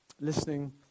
Listening